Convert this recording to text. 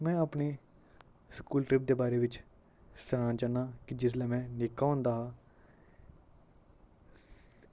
में अपने school trip दे बारे विच सनाना चाह्ना की जिसलै में निक्का होंदा हा